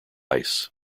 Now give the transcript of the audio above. ice